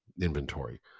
inventory